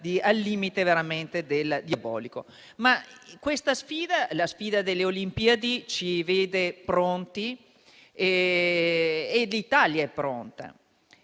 al limite e di veramente diabolico. Questa sfida, la sfida delle Olimpiadi, ci vede pronti però e l'Italia è pronta.